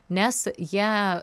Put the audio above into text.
nes jie